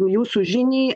jūsų žiniai